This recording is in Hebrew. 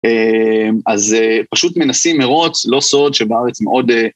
אז פשוט מנסים מרוץ, לא סוד שבארץ מאוד...